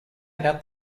about